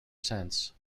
sense